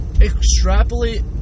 extrapolate